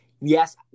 yes